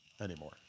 anymore